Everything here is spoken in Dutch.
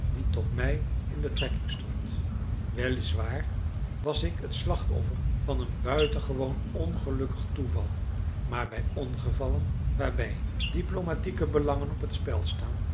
die tot mij in betrekking stond wel is waar was ik het slachtoffer van een buitengewoon ongelukkig toeval maar bij ongevallen waarbij diplomatieke belangen op het spel staan